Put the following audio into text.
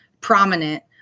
prominent